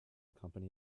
company